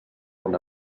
una